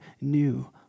new